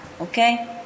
Okay